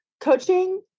coaching